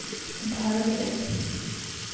ᱵᱷᱟᱨᱚᱛ ᱨᱮ